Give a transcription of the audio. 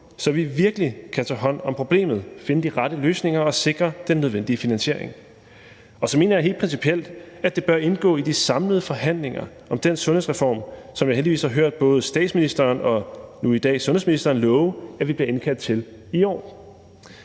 så vi virkelig kan tage hånd om problemet, finde de rette løsninger og sikre den nødvendige finansiering. Og så mener jeg helt principielt, at det bør indgå i de samlede forhandlinger om den sundhedsreform, som jeg heldigvis har hørt både statsministeren og nu i dag sundhedsministeren love at vi bliver indkaldt til i år.